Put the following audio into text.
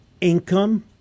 income